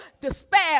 despair